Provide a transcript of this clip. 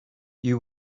you